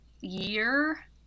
year